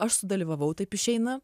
aš sudalyvavau taip išeina